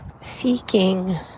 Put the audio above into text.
seeking